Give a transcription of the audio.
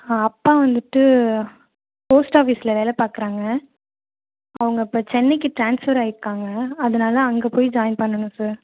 அப்பா வந்துவிட்டு போஸ்ட் ஆஃபிஸில் வேலை பார்க்கறாங்க அவங்க இப்போ சென்னைக்கு டிரான்ஸ்ஃபர் ஆயிருக்காங்க அதனால அங்கே போய் ஜாயின் பண்ணனும் சார்